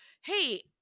hey